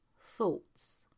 thoughts